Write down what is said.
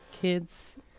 kids